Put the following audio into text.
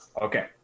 Okay